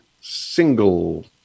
single